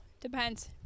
Depends